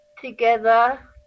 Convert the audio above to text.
together